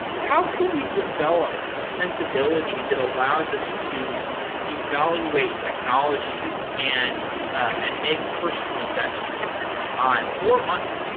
how can we develop a sensibility that allows us to evaluate technologies and and make personal investments in terms of time or money?